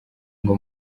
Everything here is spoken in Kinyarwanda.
ngo